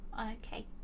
Okay